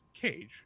Cage